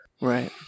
Right